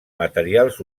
materials